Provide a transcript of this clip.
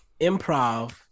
improv